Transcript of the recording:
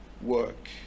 work